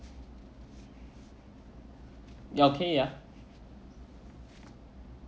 you okay ya